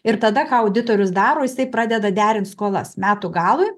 ir tada ką auditorius daro jisai pradeda derint skolas metų galui